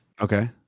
Okay